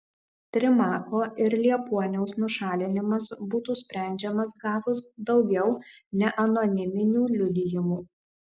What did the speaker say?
trimako ir liepuoniaus nušalinimas būtų sprendžiamas gavus daugiau neanoniminių liudijimų